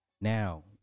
Now